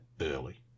early